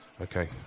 Okay